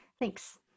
Thanks